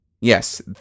Yes